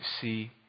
see